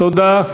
תודה.